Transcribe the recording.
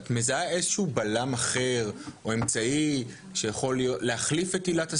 את מזהה איזה שהוא בלם אחר או אמצעי שיכול להחליף את עילת הסבירות?